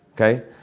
Okay